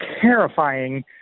terrifying